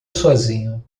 sozinho